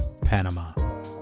Panama